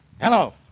Hello